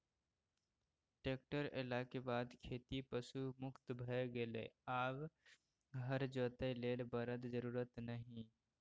tractor एलाक बाद खेती पशु मुक्त भए गेलै आब हर जोतय लेल बरद जरुरत नहि